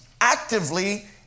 actively